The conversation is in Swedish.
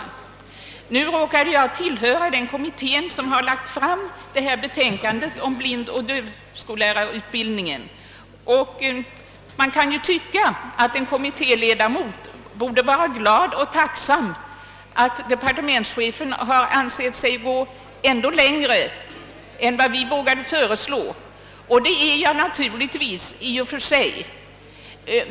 Jag råkar tillhöra den kommitté som har lagt fram betänkandet om blindoch dövskollärarutbildningen. Man kan ju tycka att en kommittéledamot borde vara glad och tacksam över att departementschefen har ansett sig böra gå ännu längre än vi vågade föreslå, och det är jag naturligtvis.